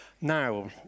Now